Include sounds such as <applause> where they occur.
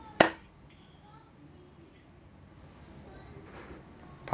<breath> part